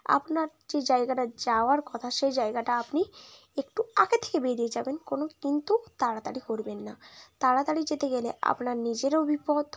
আপনার যে জায়গাটা যাওয়ার কথা সেই জায়গাটা আপনি একটু আগে থেকে বেরিয়ে যাবেন কোনো কিন্তু তাড়াতাড়ি করবেন না তাড়াতাড়ি যেতে গেলে আপনার নিজেরও বিপদ